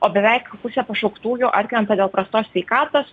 o beveik pusė pašauktųjų atkrenta dėl prastos sveikatos